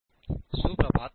शुभ प्रभात